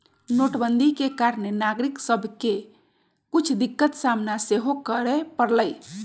नोटबन्दि के कारणे नागरिक सभके के कुछ दिक्कत सामना सेहो करए परलइ